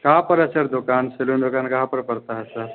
कहाँ पर है सर दुकान सैलून दुकान कहाँ पर पड़ता है सर